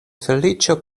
feliĉo